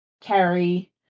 carry